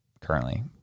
currently